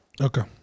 Okay